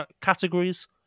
categories